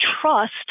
trust